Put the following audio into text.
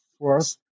first